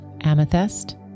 amethyst